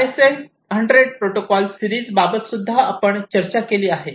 ISA 100 protocol series बाबत सुद्धा आपण चर्चा केली आहे